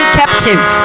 captive